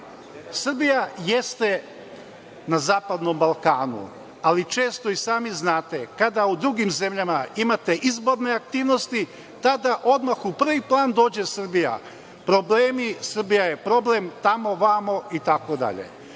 Srbija jeste na zapadnom Balkanu, ali često i sami znate kada u drugim zemljama imate izborne aktivnosti, tada odmah u prvi plan dođe Srbija. Problemi, Srbija je problem, tamo, vamo itd.